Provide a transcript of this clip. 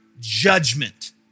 judgment